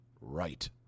right